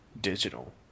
digital